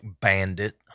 bandit